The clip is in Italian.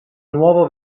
nuovo